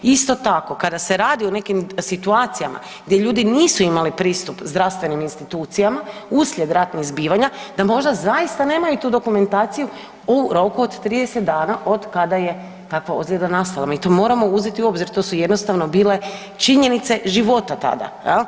Isto tako kada se radi o nekim situacijama gdje ljudi nisu imali pristup zdravstvenim institucijama uslijed ratnih zbivanja, da možda zaista nemaju tu dokumentaciju u roku od 30 dana od kada je takva ozljeda nastala, mi to moramo uzeti u obzir, to su jednostavno bile činjenice života tada.